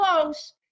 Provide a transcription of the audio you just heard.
close